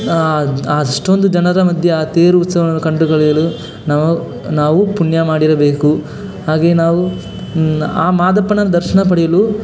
ಆ ಅಷ್ಟೊಂದು ಜನರ ಮಧ್ಯೆ ಆ ತೇರು ಉತ್ಸವವನ್ನು ಕಂಡು ಕಳೆಯಲು ನಾವು ನಾವು ಪುಣ್ಯ ಮಾಡಿರಬೇಕು ಹಾಗೇ ನಾವು ಆ ಮಾದಪ್ಪನ ದರ್ಶನ ಪಡೆಯಲು